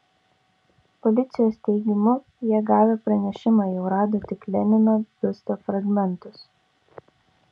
policijos teigimu jie gavę pranešimą jau rado tik lenino biusto fragmentus